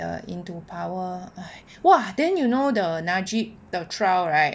the into power !hais! !wah! then you know the najib the trial right